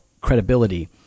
credibility